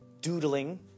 Doodling